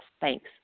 Thanks